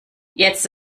jetzt